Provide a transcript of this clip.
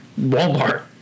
Walmart